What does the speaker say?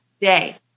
day